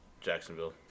Jacksonville